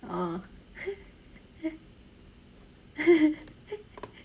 oh